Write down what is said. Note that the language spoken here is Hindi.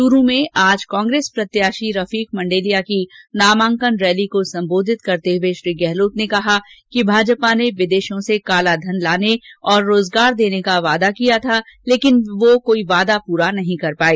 चूरू में आज कांग्रेस प्रत्याशी रफीक मंडेलिया की नामांकन रैली को संबोधित करते हुए श्री गहलोत ने कहा कि भाजपा ने विदेशों से कालाधन लाने और रोजगार देने का वादा किया था लेकिन वे कोई वादा पूरा नहीं कर पाए